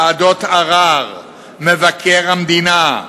ועדות ערר, מבקר המדינה.